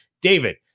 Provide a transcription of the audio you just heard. David